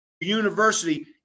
university